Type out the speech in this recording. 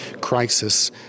Crisis